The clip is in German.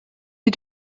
die